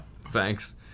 Thanks